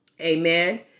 amen